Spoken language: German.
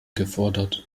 gefordert